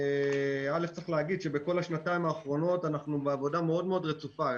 צריך להגיד שבכל השנתיים האחרונות אנחנו בעבודה מאוד מאוד רצופה.